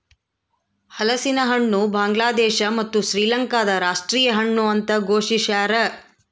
ಹಲಸಿನಹಣ್ಣು ಬಾಂಗ್ಲಾದೇಶ ಮತ್ತು ಶ್ರೀಲಂಕಾದ ರಾಷ್ಟೀಯ ಹಣ್ಣು ಅಂತ ಘೋಷಿಸ್ಯಾರ